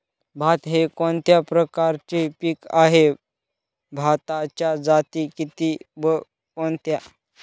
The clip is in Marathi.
भात हे कोणत्या प्रकारचे पीक आहे? भाताच्या जाती किती व कोणत्या?